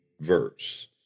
verse